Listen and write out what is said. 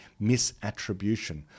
misattribution